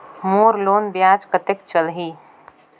मोर loan ब्याज कतेक चलही?